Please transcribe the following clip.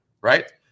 right